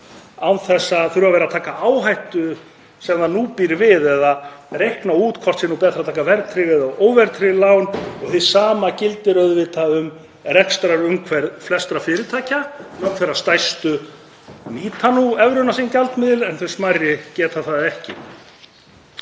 án þess að þurfa að vera að taka áhættu sem það nú býr við eða reikna út hvort sé betra að taka verðtryggð eða óverðtryggð lán. Hið sama gildir um rekstrarumhverfi flestra fyrirtækja. Mörg þeirra stærstu nýta nú evruna sem gjaldmiðil en þau smærri geta það ekki.